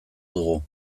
dugu